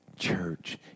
Church